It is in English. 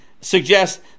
suggest